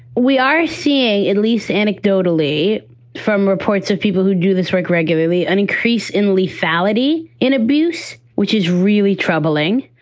we are seeing, at least anecdotally from reports of people who do this work regularly. an increase in lethality in abuse, which is really troubling.